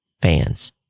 fans